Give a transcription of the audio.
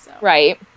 right